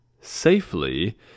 safely